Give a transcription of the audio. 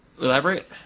Elaborate